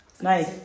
nice